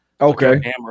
Okay